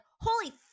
holy